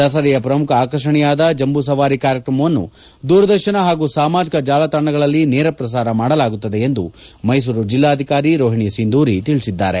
ದಸರೆಯ ಪ್ರಮುಖ ಆಕರ್ಷಣೆಯಾದ ಜಂಬೂ ಸವಾರಿ ಕಾರ್ಯಕ್ರಮವನ್ನು ದೂರದರ್ಶನ ಹಾಗೂ ಸಾಮಾಜಿಕ ಜಾಲತಾಣಗಳಲ್ಲಿ ನೇರ ಪ್ರಸಾರ ಮಾಡಲಾಗುತ್ತದೆ ಎಂದು ಮೈಸೂರು ಜಿಲ್ಲಾಧಿಕಾರಿ ರೋಹಿಣಿ ಸಿಂಧೂರಿ ತಿಳಿಸಿದ್ದಾರೆ